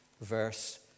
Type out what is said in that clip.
verse